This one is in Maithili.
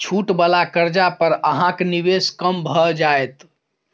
छूट वला कर्जा पर अहाँक निवेश कम भए जाएत